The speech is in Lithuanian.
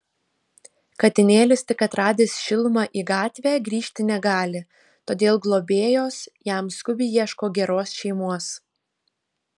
katinėlis tik atradęs šilumą į gatvę grįžti negali todėl globėjos jam skubiai ieško geros šeimos